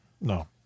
no